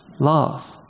love